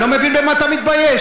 אני לא מבין במה אתה מתבייש.